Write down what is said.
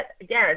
again